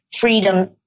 freedom